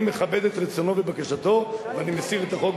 אני מכבד את רצונו ובקשתו ואני מסיר את החוק,